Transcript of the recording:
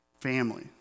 family